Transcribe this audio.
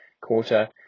quarter